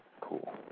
Cool